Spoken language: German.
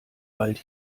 wald